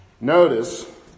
Notice